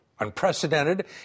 unprecedented